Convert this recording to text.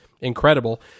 incredible